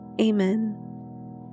Amen